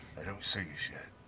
they don't see us yeah